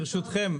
ברשותכם,